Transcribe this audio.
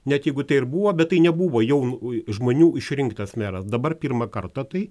net jeigu tai ir buvo bet tai nebuvo jaunų žmonių išrinktas meras dabar pirmą kartą tai